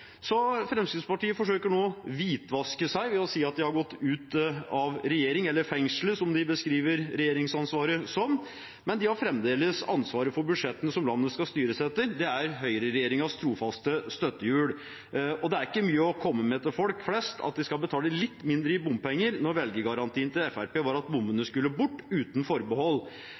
Fremskrittspartiet forsøker nå å hvitvaske seg ved å si at de har gått ut av regjeringen, eller fengselet, som de beskriver regjeringsansvaret som, men de har fremdeles ansvaret for budsjettene som landet skal styres etter. De er høyreregjeringens trofaste støttehjul. Det er ikke mye å komme med til folk flest at de skal betale litt mindre i bompenger, når velgergarantien til Fremskrittspartiet var at bommene skulle bort, uten forbehold.